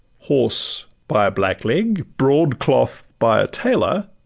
horse by a blackleg, broadcloth by a tailor,